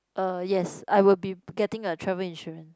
uh yes I will be getting a travel insurance